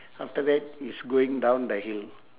after that it's going down the hill